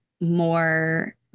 more